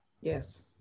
Yes